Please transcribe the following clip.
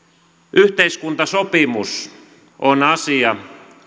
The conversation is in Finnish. yhteiskuntasopimus on asia